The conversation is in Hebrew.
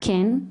כן,